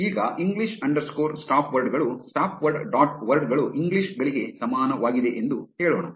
ಈಗ English underscore stopword ಗಳು stopword dot word ಗಳು ಇಂಗ್ಲೀಷ್ ಗಳಿಗೆ ಸಮಾನವಾಗಿದೆ ಎಂದು ಹೇಳೋಣ